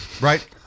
right